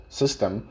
system